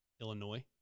Illinois